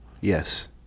Yes